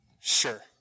Sure